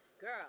Girl